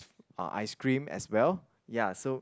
uh ice cream as well ya so